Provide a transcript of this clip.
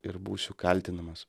ir būsiu kaltinamas